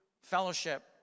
fellowship